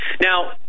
Now